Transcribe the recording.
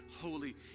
holy